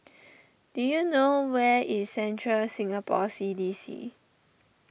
do you know where is Central Singapore C D C